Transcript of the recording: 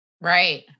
Right